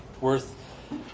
worth